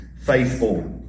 faithful